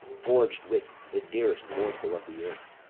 gorg'd with the dearest morsel of the earth,